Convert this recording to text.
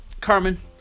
Carmen